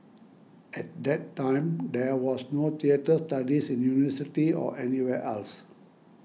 at that time there was no theatre studies in university or anywhere else